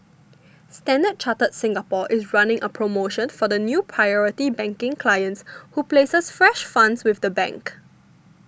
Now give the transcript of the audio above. Standard Chartered Singapore is running a promotion for new Priority Banking clients who places fresh funds with the bank